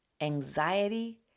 anxiety